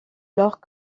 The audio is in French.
alors